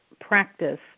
practice